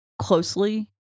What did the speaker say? closely